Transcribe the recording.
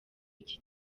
iki